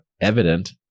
evident